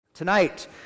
Tonight